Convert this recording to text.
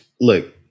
look